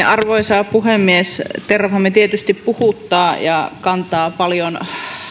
arvoisa puhemies terrafame tietysti puhuttaa ja kantaa paljon